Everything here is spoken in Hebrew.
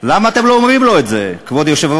למה אתם לא אומרים לו את זה, כבוד היושב-ראש?